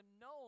known